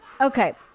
Okay